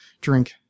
drink